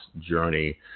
journey